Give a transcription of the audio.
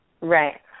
Right